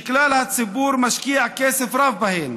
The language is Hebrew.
שכלל הציבור משקיע בהן